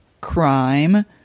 crime